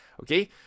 okay